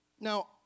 Now